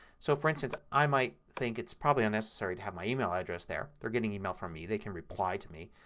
so, for instance, i might think it's probably unnecessary to have my email address there. if they're getting email from me they can reply to me.